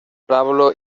pablo